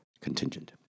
Contingent